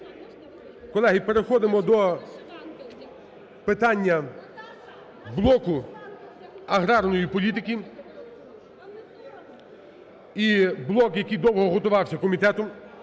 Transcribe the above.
Колеги, переходимо до питання блоку аграрної політики, блок, який довго готувався комітетом.